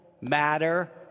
matter